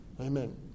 Amen